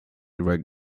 reg